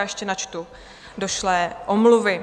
Ještě načtu došlé omluvy.